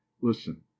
Listen